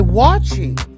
watching